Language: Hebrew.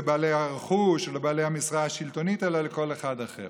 לבעלי הרכוש ולבעלי המשרה השלטונית אלא לכל אחד אחר.